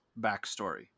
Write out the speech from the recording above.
backstory